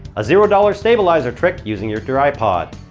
a zero dollar stabilizer trick using your tripod.